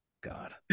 God